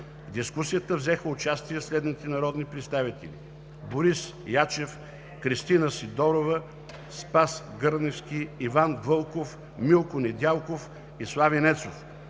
дискусията взеха участие следните народни представители: Борис Ячев, Кристина Сидорова, Спас Гърневски, Иван Вълков, Милко Недялков и Слави Нецов.